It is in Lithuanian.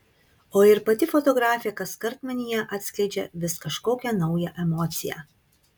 o ir pati fotografė kaskart manyje atskleidžia vis kažkokią naują emociją